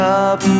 up